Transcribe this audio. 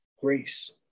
grace